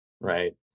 Right